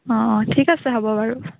অঁ অঁ ঠিক আছে হ'ব বাৰু